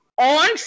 On